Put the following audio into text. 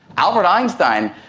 albert einstein,